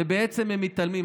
והם מתעלמים.